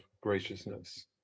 graciousness